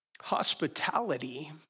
Hospitality